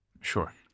Sure